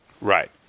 Right